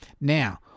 Now